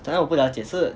可能我不了解是